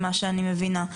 ממה שאני מבינה.